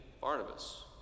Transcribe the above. Barnabas